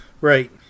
Right